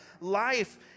life